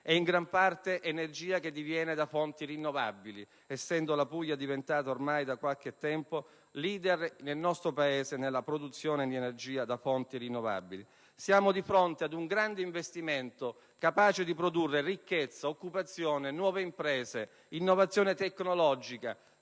la gran parte della quale proveniente da fonti rinnovabili, essendo la Puglia diventata ormai da qualche tempo *leader* nel nostro Paese nella produzione di energia da fonti rinnovabili. Ciò rappresenta un grande investimento capace di produrre ricchezza, occupazione, nuove imprese, innovazione tecnologica,